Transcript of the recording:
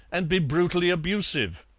and be brutally abusive?